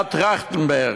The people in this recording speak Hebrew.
ועדת טרכטנברג,